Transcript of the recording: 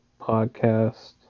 podcast